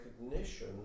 recognition